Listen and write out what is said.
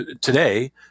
today